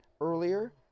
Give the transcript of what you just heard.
earlier